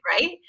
Right